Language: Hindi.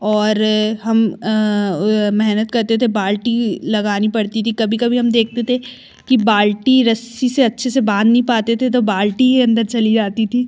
और हम मेहनत करते थे बाल्टी लगानी पड़ती थी कभी कभी हम देखते थे कि बाल्टी रस्सी से अच्छे से बाँध नहीं पाते थे तो बाल्टी ही अंदर चली जाती थी